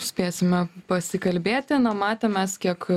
spėsime pasikalbėti na matėm mes kiek